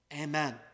Amen